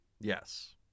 Yes